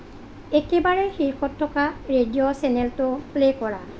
একেবাৰে শীৰ্ষত থকা ৰেডিঅ' চেনেলটো প্লে' কৰা